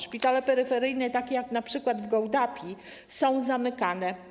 Szpitale peryferyjne, takie jak np. w Gołdapi, są zamykane.